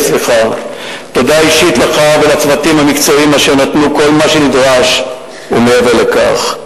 תודה אישית לך ולצוותים המקצועיים אשר נתנו כל מה שנדרש ומעבר לכך.